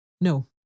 No